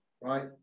right